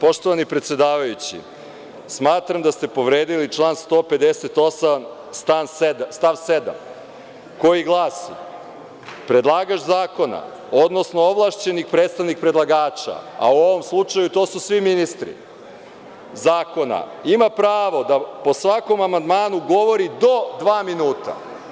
Poštovani predsedavajući, smatram da ste povredili član 158. stav 7. koji glasi – predlagač zakona, odnosno ovlašćeni predstavnik predlagača, a u ovom slučaju to su svi ministri, ima pravo da po svakom amandmanu govori do dva minuta.